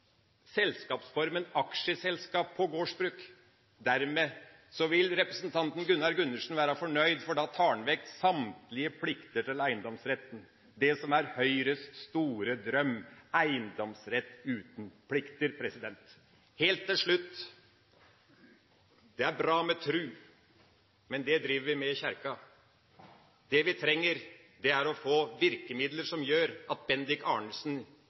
selskapsformen aksjeselskap på gårdsbruk. Dermed vil representanten Gunnar Gundersen være fornøyd, for da tar en vekk samtlige plikter til eiendomsretten. Det er Høyres store drøm: eiendomsrett uten plikter. Helt til slutt: Det er bra med tru. Men det driver vi med i kirka. Det vi trenger, er å få virkemidler som gjør at